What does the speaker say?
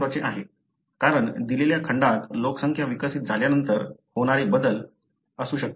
हे खूप महत्वाचे आहे कारण दिलेल्या खंडात लोकसंख्या विकसित झाल्यानंतर होणारे बदल असू शकते